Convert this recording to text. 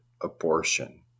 abortion